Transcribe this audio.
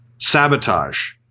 Sabotage